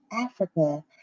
Africa